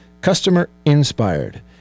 customer-inspired